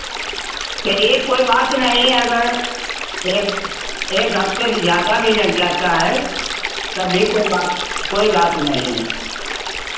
चलिए कोई बात नहीं अगर एक एक हफ़्ते से ज़्यादा भी लग जाता है तब भी कोई बात कोई बात नहीं है